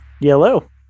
Yellow